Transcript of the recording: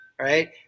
right